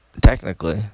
technically